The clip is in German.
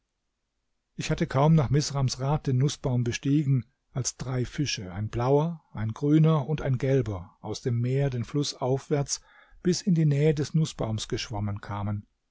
ich hatte kaum nach misrams rat den nußbaum bestiegen als drei fische ein blauer ein grüner und ein gelber aus dem meer den fluß aufwärts bis in die nähe des nußbaums geschwommen kamen